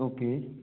okay